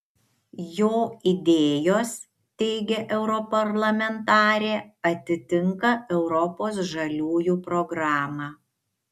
jo idėjos teigia europarlamentarė atitinka europos žaliųjų programą